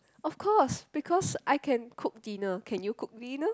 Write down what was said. of course because I can cook dinner can you cook dinner